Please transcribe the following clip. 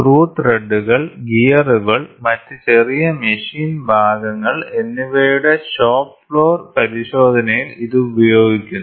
screw ത്രെഡുകൾ ഗിയറുകൾ മറ്റ് ചെറിയ മെഷീൻ ഭാഗങ്ങൾ എന്നിവയുടെ ഷോപ്പ് ഫ്ലോർ പരിശോധനയിൽ ഇത് ഉപയോഗിക്കുന്നു